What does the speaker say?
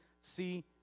see